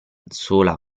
sola